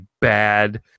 bad